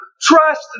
Trust